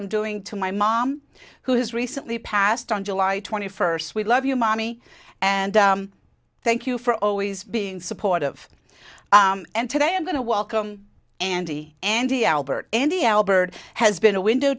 i'm doing to my mom who has recently passed on july twenty first we love you mommy and thank you for always being supportive and today i'm going to welcome andy andy albert andy albert has been a window